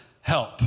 help